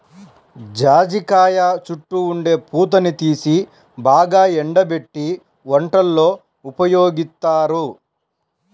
జాజికాయ చుట్టూ ఉండే పూతని తీసి బాగా ఎండబెట్టి వంటల్లో ఉపయోగిత్తారు